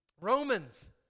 Romans